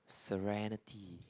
serenity